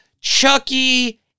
Chucky